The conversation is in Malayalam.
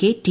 K T